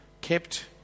kept